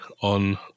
on